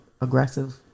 aggressive